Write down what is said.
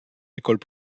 écoles